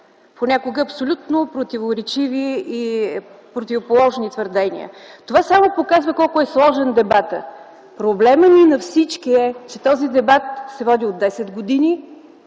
понякога абсолютно противоречиви и противоположни твърдения. Това само показва колко е сложен дебатът. Проблемът ни на всички е, че този дебат се води от десет години,